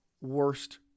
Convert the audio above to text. worst